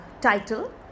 title